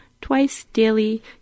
twice-daily